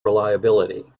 reliability